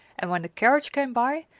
and when the carriage came by,